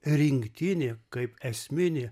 rinktinį kaip esminį